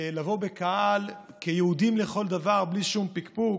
לבוא בקהל כיהודים לכל דבר, בלי שום פקפוק,